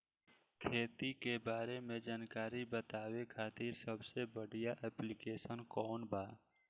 खेती के बारे में जानकारी बतावे खातिर सबसे बढ़िया ऐप्लिकेशन कौन बा?